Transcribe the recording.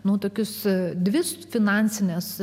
nuotakius dvi finansines